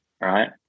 right